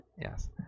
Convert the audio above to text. Yes